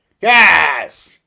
Yes